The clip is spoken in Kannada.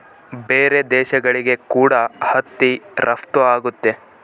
ಬೇರೆ ದೇಶಗಳಿಗೆ ಕೂಡ ಹತ್ತಿ ರಫ್ತು ಆಗುತ್ತೆ